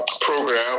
program